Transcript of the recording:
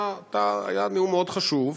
היה נאום מאוד חשוב,